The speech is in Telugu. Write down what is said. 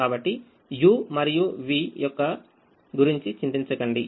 కాబట్టి u మరియు v యొక్క గురించి చింతించకండి